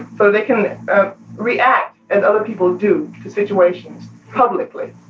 so they can react as other people do to situations publicly,